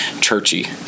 churchy